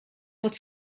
pod